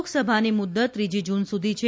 લોકસભાની મુદત ત્રીજી જુન સુધી છે